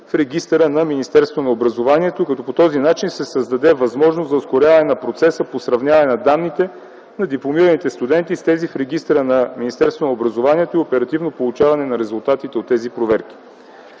в Регистъра на Министерството на образованието, младежта и науката, като по този начин се създаде възможност за ускоряване на процеса по сравняване на данните на дипломираните студенти с тези в Регистъра на министерството и оперативно получаване на резултатите от тези проверки.